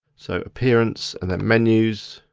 so appearance, and then menus.